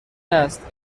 است